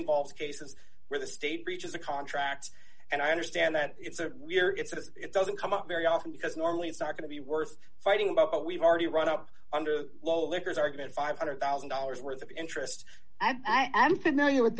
involves cases where the state breaches a contract and i understand that it's a weird it's because it doesn't come up very often because normally it's not going to be worth fighting about but we've already run up under the law liquors argument five hundred thousand dollars worth of interest i'm familiar with